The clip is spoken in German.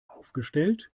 aufgestellt